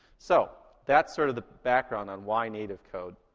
so that's sort of the background on why native code.